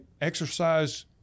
exercise